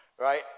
right